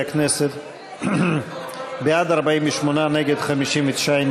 לסעיף תקציבי 36,